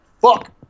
fuck